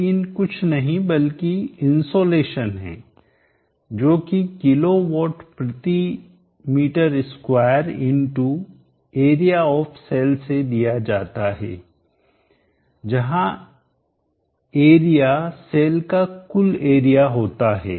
Pin कुछ नहीं बल्कि इनसोलेशन है जोकि किलो वाट प्रति metre square area of cell से दिया जाता है जहां एरिया सेल्स का कुल एरिया होता है